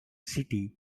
city